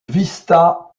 vista